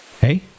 hey